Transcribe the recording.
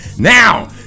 Now